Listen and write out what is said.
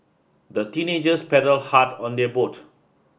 the teenagers paddled hard on their boat